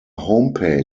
homepage